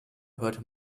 hörte